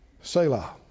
Selah